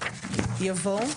יבוא: